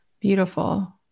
Beautiful